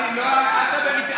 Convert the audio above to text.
אל תדבר איתי,